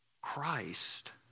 Christ